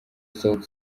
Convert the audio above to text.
sauti